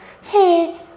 Hey